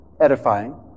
Edifying